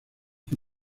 que